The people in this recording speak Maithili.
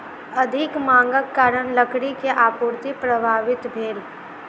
अधिक मांगक कारण लकड़ी के आपूर्ति प्रभावित भेल